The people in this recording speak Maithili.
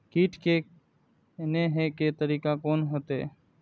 कीट के ने हे के तरीका कोन होते?